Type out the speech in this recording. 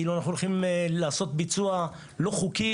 כאילו אנחנו הולכים לעשות ביצוע לא חוקי